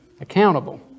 accountable